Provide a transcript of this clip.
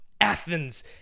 Athens